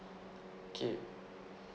okay